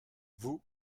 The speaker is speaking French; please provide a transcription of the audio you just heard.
vous